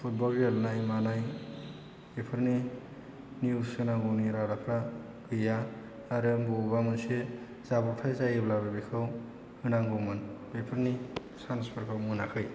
football गेलेनाय मानाय बेफोरनि निउस होनांगौनि रादाबफोरा गैया आरो बबेयावबा मोनसे जाब्र'बथाय जायोब्लाबो बेखौ होनांगौमोन बेफोरनि सान्सफोरखौ मोनाखै